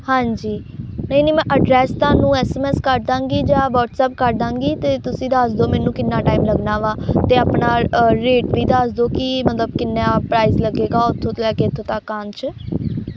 ਹਾਂਜੀ ਨਹੀਂ ਨਹੀਂ ਮੈਂ ਐਡਰੈੱਸ ਤੁਹਾਨੂੰ ਐੱਸਮੈੱਸ ਕਰਦਾਂਗੀ ਜਾਂ ਵਟਸਐੱਪ ਕਰਦਾਂਗੀ ਅਤੇ ਤੁਸੀਂ ਦੱਸ ਦਿਓ ਮੈਨੂੰ ਕਿੰਨਾ ਟਾਈਮ ਲੱਗਣਾ ਵਾ ਅਤੇ ਆਪਣਾ ਰੇਟ ਵੀ ਦੱਸਦੋ ਕਿ ਮਤਲਬ ਕਿੰਨਾ ਪ੍ਰਾਈਜ਼ ਲੱਗੇਗਾ ਉੱਥੋਂ ਤੋਂ ਲੈ ਕੇ ਇੱਥੋਂ ਤੱਕ ਆਉਣ 'ਚ